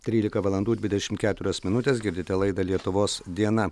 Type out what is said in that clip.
trylika valandų dvidešimt keturios minutės girdite laidą lietuvos diena